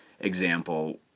example